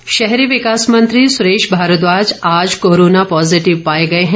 भारद्वाज शहरी विकास मंत्री सुरेश भारद्दाज आज कोरोना पॉजिटिव पाए गए हैं